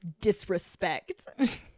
disrespect